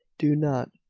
do not.